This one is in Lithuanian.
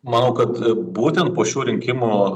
manau kad būtent po šių rinkimų